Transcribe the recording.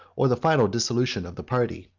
or the final dissolution of the party.